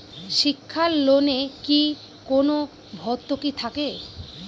শিক্ষার লোনে কি কোনো ভরতুকি থাকে?